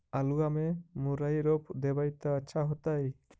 आलुआ में मुरई रोप देबई त अच्छा होतई?